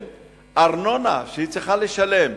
ארנונה שהיא צריכה לשלם,